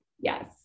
yes